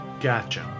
Gotcha